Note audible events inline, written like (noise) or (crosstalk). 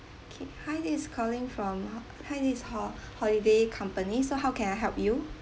okay hi this is calling from hi this is hor~ (breath) holiday company so how can I help you